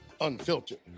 Unfiltered